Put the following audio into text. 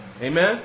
Amen